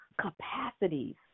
capacities